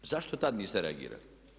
Zašto tada niste reagirali?